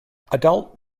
adult